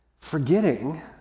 forgetting